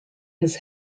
his